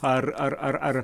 ar ar ar ar